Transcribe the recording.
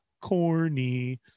corny